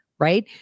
Right